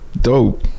Dope